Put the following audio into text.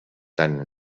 tant